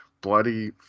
bloody